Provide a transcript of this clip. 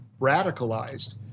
radicalized